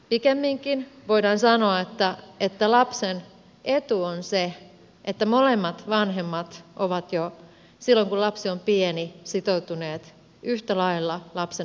pikemminkin voidaan sanoa että lapsen etu on se että molemmat vanhemmat ovat jo silloin kun lapsi on pieni sitoutuneet yhtä lailla lapsen hoitamiseen